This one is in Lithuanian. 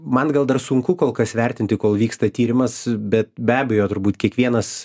man gal dar sunku kol kas vertinti kol vyksta tyrimas bet be abejo turbūt kiekvienas